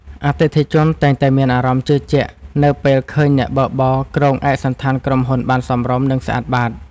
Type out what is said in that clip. អតិថិជនតែងតែមានអារម្មណ៍ជឿជាក់នៅពេលឃើញអ្នកបើកបរគ្រងឯកសណ្ឋានក្រុមហ៊ុនបានសមរម្យ និងស្អាតបាត។